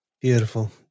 Beautiful